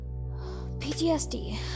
PTSD